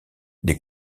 les